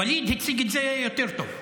ואליד הציג את זה יותר טוב.